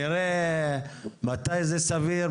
נראה מתי זה סביר,